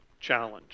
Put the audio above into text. challenge